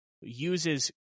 uses